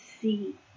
see